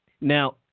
Now